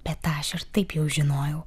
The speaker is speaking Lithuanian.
bet tą aš ir taip jau žinojau